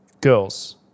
girls